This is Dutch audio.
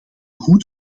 goed